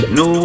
no